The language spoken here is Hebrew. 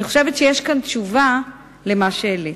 אני חושבת שיש כאן תשובה על מה שהעלית.